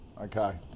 Okay